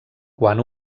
quan